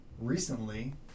recently